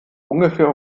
ungefähr